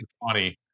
funny